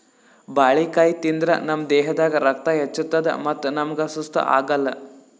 ಬಾಳಿಕಾಯಿ ತಿಂದ್ರ್ ನಮ್ ದೇಹದಾಗ್ ರಕ್ತ ಹೆಚ್ಚತದ್ ಮತ್ತ್ ನಮ್ಗ್ ಸುಸ್ತ್ ಆಗಲ್